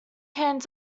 hands